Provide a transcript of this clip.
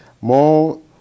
more